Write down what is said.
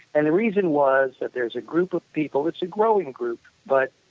and the reason was that there's a group of people. it's a growing group, but